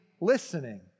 listening